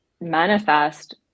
manifest